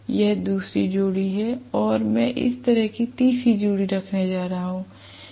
यह दूसरी जोड़ी है और मैं इस तरह की तीसरी जोड़ी बनाने जा रहा हूं